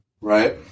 right